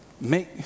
Make